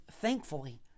thankfully